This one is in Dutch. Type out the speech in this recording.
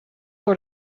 door